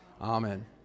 Amen